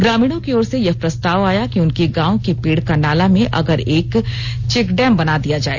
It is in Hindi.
ग्रामीणों की ओर से यह प्रस्ताव आया कि उनके गांव के पेड़ का नाला में अगर एक चेक डैम बना दिया जाए